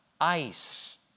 ice